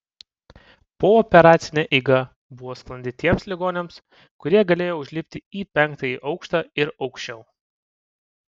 pooperacinė eiga buvo sklandi tiems ligoniams kurie galėjo užlipti į penktąjį aukštą ir aukščiau